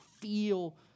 feel